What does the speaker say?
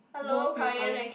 no filtering